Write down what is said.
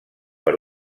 per